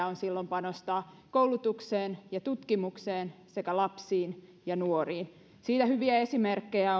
on silloin panostaa koulutukseen ja tutkimukseen sekä lapsiin ja nuoriin siitä hyviä esimerkkejä